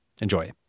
Enjoy